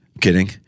Kidding